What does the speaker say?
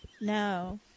No